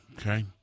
okay